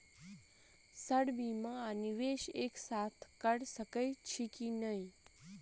Sir बीमा आ निवेश एक साथ करऽ सकै छी की न ई?